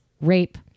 rape